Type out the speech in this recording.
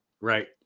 right